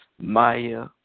Maya